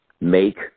make